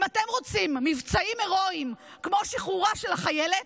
אם אתם רוצים מבצעים הירואיים כמו שחרורה של החיילת,